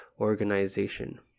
organization